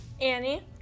annie